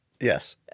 Yes